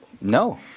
No